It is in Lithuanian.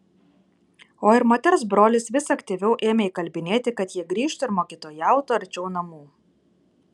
o ir moters brolis vis aktyviau ėmė įkalbinėti kad jie grįžtų ir mokytojautų arčiau namų